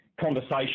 conversation